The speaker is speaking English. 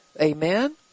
amen